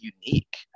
unique